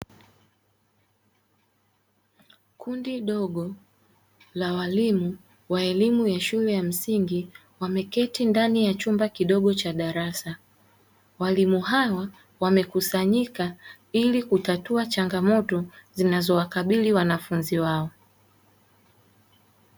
Kundi dogo la walimu wa elimu ya shule ya msingi wameketi ndani ya chumba kidogo cha darasa ,walimu hawa wamekusanyika ili kutatua changamoto zinazowakabili wanafunzi wao.